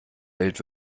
welt